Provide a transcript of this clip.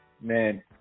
Man